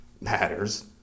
matters